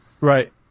Right